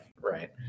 right